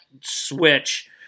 switch